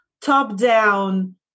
top-down